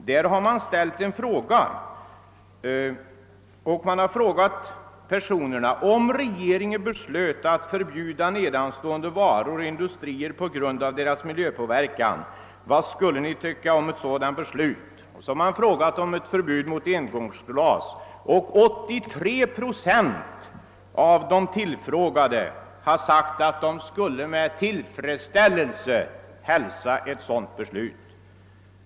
I det sammanhanget ställde man en fråga av följande lydelse: >Om regeringen beslöt att förbjuda nedanstående varor och industrier på grund av deras miljöpåverkan, vad skulle Ni tycka om ett sådant beslut?» Därvid frågade man bl.a. om förbud mot engångsglas. 83 procent av de tillfrågade svarade, att de skulle med tillfredsställelse hälsa ett sådant beslut.